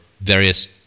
various